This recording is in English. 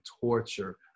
torture